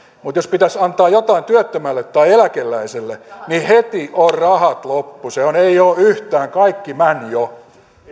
mutta jos pitäisi antaa jotain työttömälle tai eläkeläiselle niin heti on rahat loppu ei oo yhtään kaikki män jo